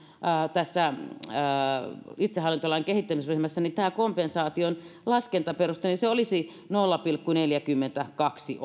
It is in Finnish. tässä ahvenmaan itsehallintolain kehittämisryhmässä että tämän kompensaation laskentaperusteen neutraali taso olisi se nolla pilkku neljäkymmentäkaksi